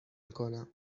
کنم